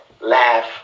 laugh